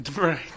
Right